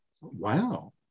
Wow